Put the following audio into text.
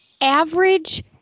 average